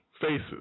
faces